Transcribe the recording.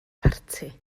parti